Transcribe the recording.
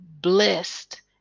blessed